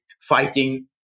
fighting